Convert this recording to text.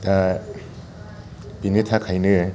दा बेनि थाखायनो